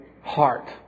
heart